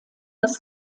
das